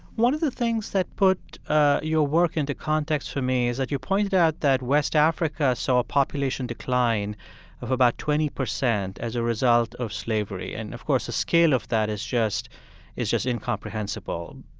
one of the things that put your work into context for me is that you pointed out that west africa saw a population decline of about twenty percent as a result of slavery. and, of course, the scale of that is just is just incomprehensible.